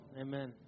Amen